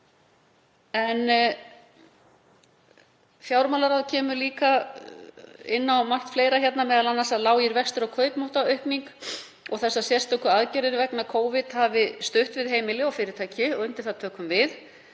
Fjármálaráð kemur líka inn á margt fleira, m.a. að lágir vextir og kaupmáttaraukning og þessar sérstöku aðgerðir vegna Covid hafi stutt við heimili og fyrirtæki og undir það tökum við.